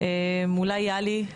אולי יהלי,